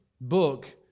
Book